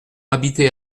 habité